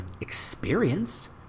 experience